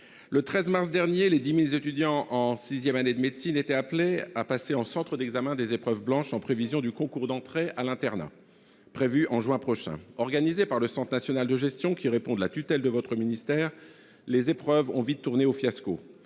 le 13 mars dernier, les 10 000 étudiants en sixième année de médecine étaient appelés à passer en centre d'examen des épreuves blanches en prévision du concours d'entrée à l'internat, prévu en juin prochain. Organisées par le Centre national de gestion, qui dépend de la tutelle de votre ministère, les épreuves ont vite tourné au fiasco